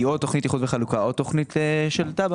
היא או תוכנית איחוד וחלוקה או תוכנית של תב"ע,